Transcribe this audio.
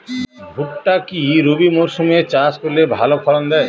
ভুট্টা কি রবি মরসুম এ চাষ করলে ভালো ফলন দেয়?